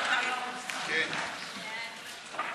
סעיף 1